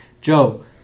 Joe